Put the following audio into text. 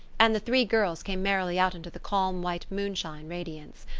and the three girls came merrily out into the calm, white moonshine radiance.